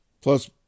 Plus